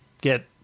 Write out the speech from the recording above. get